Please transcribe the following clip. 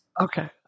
Okay